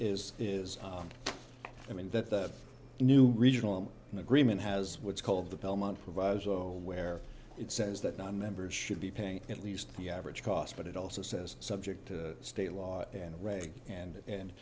is is i mean that the new regional i'm in agreement has what's called the belmont proviso where it says that nonmembers should be paying at least the average cost but it also says subject to state law and right and and